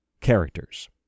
characters